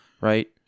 right